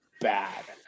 bad